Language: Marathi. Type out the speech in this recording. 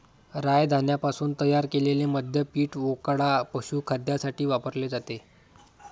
राय धान्यापासून तयार केलेले मद्य पीठ, वोडका, पशुखाद्यासाठी वापरले जाते